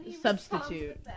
substitute